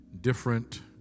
different